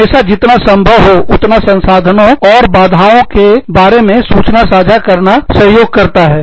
हमेशा जितना संभव हो उतना संसाधनों तथा बाधाओं के बारे में सूचना साझा करना सहयोग करता है